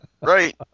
Right